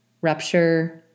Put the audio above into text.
rupture